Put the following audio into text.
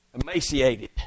emaciated